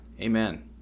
amen